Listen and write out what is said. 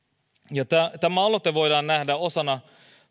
tämä aloite voidaan nähdä osana